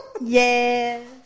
Yes